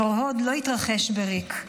הפרהוד לא התרחש בריק,